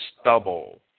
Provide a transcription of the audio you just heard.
stubble